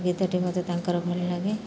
ଗୀତଟି ମୋତେ ତାଙ୍କର ଭଲ ଲାଗେ